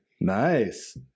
nice